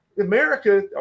America